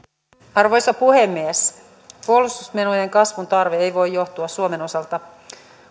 arvoisa puhemies puolustusmenojen kasvun tarve ei voi johtua suomen osalta